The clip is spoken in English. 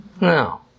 No